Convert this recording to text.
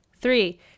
Three